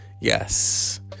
Yes